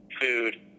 food